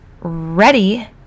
ready